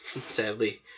sadly